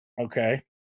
Okay